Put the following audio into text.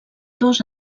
dos